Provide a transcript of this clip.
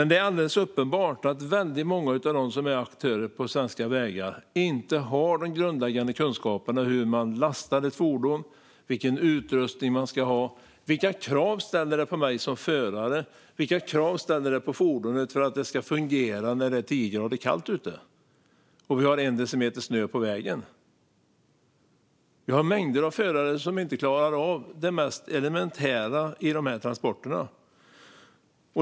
Det är alldeles uppenbart att många av dem som är aktörer på svenska vägar inte har de grundläggande kunskaperna om hur man lastar ett fordon, vilken utrustning man ska ha och vilka krav det ställs på föraren och vilka krav som ställs på fordonet för att det ska fungera när det är tio grader kallt ute och en decimeter snö på vägen. Det finns mängder av förare som inte klarar av det mest elementära för dessa transporter.